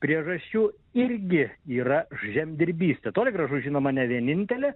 priežasčių irgi yra žemdirbystė toli gražu žinoma ne vienintelė